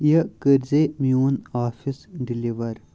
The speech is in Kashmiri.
یہِ کٔرۍزِ میون آفِس ڈِلِوَر